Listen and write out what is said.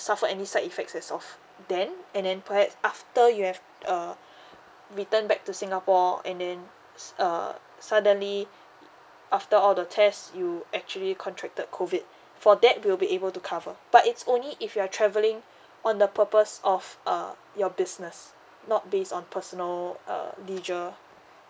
suffer any side effects as of then and then perhaps after you have err return back to singapore and then it's uh suddenly after all the test you actually contracted COVID for that we'll be able to cover but it's only if you are travelling on the purpose of uh your business not based on personal uh leisure